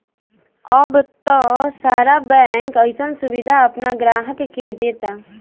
अब त सारा बैंक अइसन सुबिधा आपना ग्राहक के देता